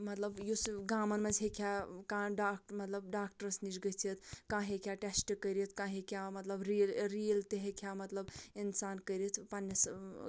مطلب یُس گامَن منٛز ہٮ۪کہِ ہا کانٛہہ ڈاکٹر مطلب ڈاکٹرَس نِش گٔژِھتھ کانٛہہ ہٮ۪کہِ ہا ٹٮ۪سٹہٕ کٔرِتھ کانٛہہ ہٮ۪کہِ ہا مطلب ریٖل تہِ ہٮ۪کہِ ہا مطلب اِنسان کٔرِتھ پَنٕنِس